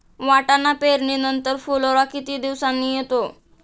वाटाणा पेरणी नंतर फुलोरा किती दिवसांनी येतो?